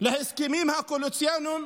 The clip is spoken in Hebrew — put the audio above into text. להסכמים הקואליציוניים